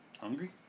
Hungry